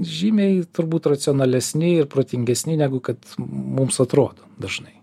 žymiai turbūt racionalesni ir protingesni negu kad mums atrodo dažnai